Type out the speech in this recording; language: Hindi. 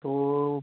तो वह